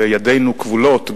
וידינו כבולות,